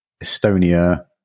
Estonia